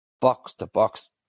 box-to-box